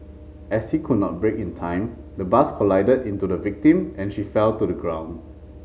as he could not brake in time the bus collided into the victim and she fell to the ground